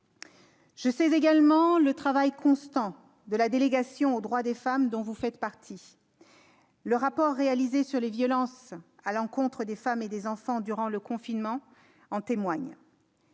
Je sais également le travail constant de la délégation sénatoriale aux droits des femmes, dont vous faites partie. Le rapport réalisé sur les violences à l'encontre des femmes et des enfants durant le confinement en témoigne.